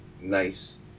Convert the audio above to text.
nice